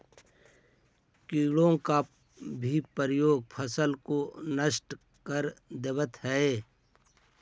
कीटों का भी प्रकोप फसल को नष्ट कर देवअ हई